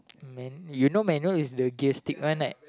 man you know manual is the gas stick one right